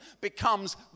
becomes